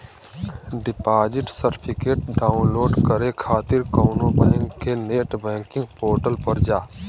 deposit certificate download करे खातिर कउनो बैंक के नेट बैंकिंग पोर्टल पर जा